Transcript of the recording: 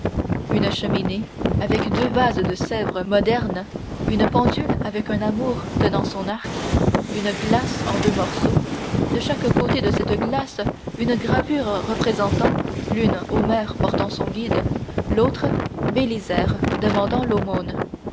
une cheminée avec deux vases de sèvres modernes une pendule avec un amour tendant son arc une glace en deux morceaux de chaque côté de cette glace une gravure représentant l'une homère portant son guide l'autre bélisaire demandant l'aumône